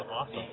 awesome